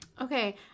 Okay